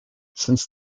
since